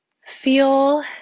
feel